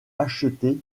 acheter